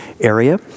area